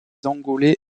angolais